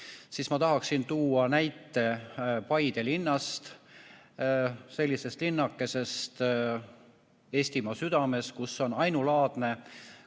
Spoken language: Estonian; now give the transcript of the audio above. ma tahaksin tuua näite Paide linnast, sellisest linnakesest Eestimaa südames, kus on ainulaadsed,